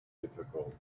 difficult